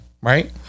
Right